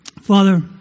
Father